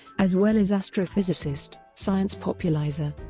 as well as astrophysicist, science populizer,